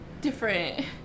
different